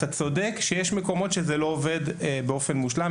אתה צודק בכך שיש מקומות שבהם זה לא עובד באופן מושלם,